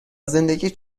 زندگیت